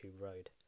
road